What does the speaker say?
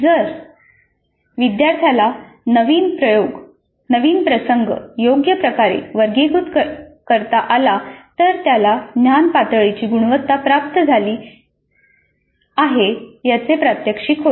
जर विद्यार्थ्याला नवीन प्रसंग योग्यप्रकारे वर्गीकृत करता आला तर त्याला ज्ञान पातळीची गुणवत्ता प्राप्त झाली आहे याचे प्रात्यक्षिक होते